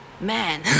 man